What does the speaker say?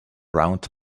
round